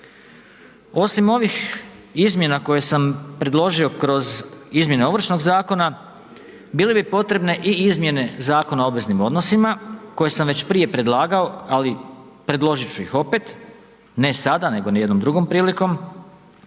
Osim ovih izmjena koje sam predložio kroz izmjene Ovršnog zakona bile bi potrebne i izmjene Zakona o obveznim odnosima koje sam već prije predlagao, ali predložit ću ih opet, ne sada, nego jednom drugom prilikom,